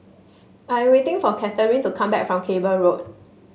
I waiting for Katharyn to come back from Cable Road